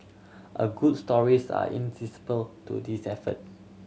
a good stories are to this effort